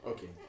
Okay